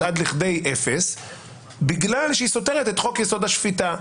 עד לכדי אפס בגלל שהיא סותרת את חוק-יסוד: השפיטה.